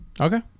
Okay